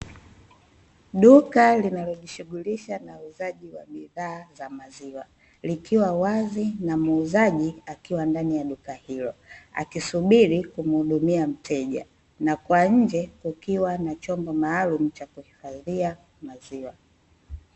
Duka linalojishughulisha na uuzaji wa bidhaa za maziwa likiwa wazi na muuzaji akiwa katika duka hilo. Akisubiri kumhudumia mteja na kwa nje kukiwa na chombo maalum cha kuhifadhia maziwa.